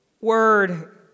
Word